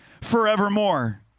forevermore